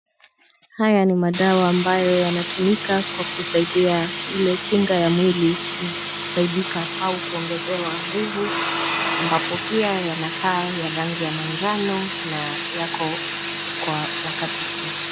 Haya ni madawa ambayo yanatumika kwa kusaidia ile kinga ya mwili kusaidiwa au kuongezewa nguvu na yako kwa wakati huu.